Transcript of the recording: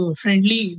friendly